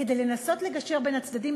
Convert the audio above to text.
כדי לנסות לגשר בין הצדדים,